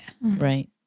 Right